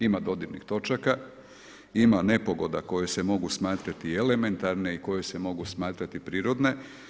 Ima dodirnih točaka, ima nepogoda koje se mogu smatrati elementarne i koje se mogu smatrati prirodne.